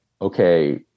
okay